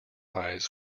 eyes